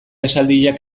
esaldiak